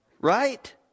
Right